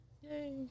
Yay